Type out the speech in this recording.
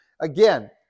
Again